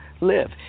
live